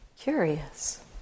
Curious